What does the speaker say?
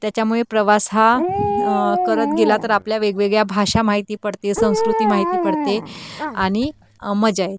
त्याच्यामुळे प्रवास हा करत गेला तर आपल्या वेगवेगळ्या भाषा माहिती पडते संस्कृती माहिती पडते आणि मजा येते